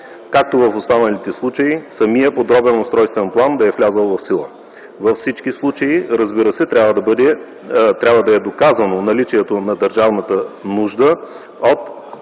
както в останалите случаи – самият подробен устройствен план да е влязъл в сила. Във всички случаи разбира се трябва да е доказано наличието на държавната нужда